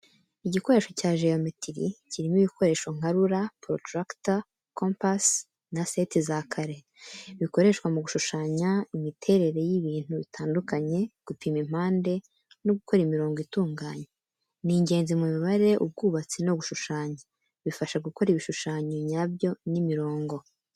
Igikoresho cya jeyometiri kirimo ibikoresho nka rula, protractor, compass na seti za kare, bikoreshwa mu gushushanya imiterere y'ibntu bitandukanye, gupima impande no gukora imirongo itunganye. Ni ingenzi mu mibare, ubwubatsi no gushushanya, bifasha gukora ibishushanyo nyabyo n’imirongo.